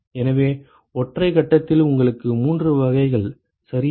எனவே ஒற்றை கட்டத்தில் உங்களுக்கு மூன்று வகைகள் சரியா